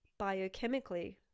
biochemically